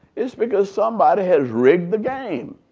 it's because somebody has rigged the game.